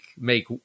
make